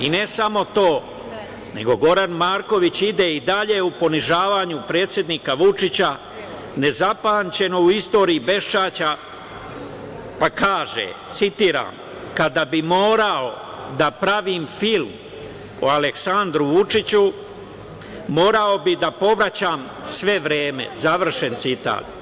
I ne samo to, nego Goran Marković ide i dalje u ponižavanju predsednika Vučića nezapamćeno u istoriji beščašća pa kaže, citiram – kada bih morao da pravim film o Aleksandru Vučiću morao bih da povraćam sve vreme, završen citat.